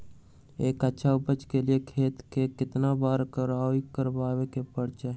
एक अच्छा उपज के लिए खेत के केतना बार कओराई करबआबे के चाहि?